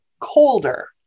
Colder